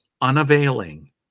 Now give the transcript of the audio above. unavailing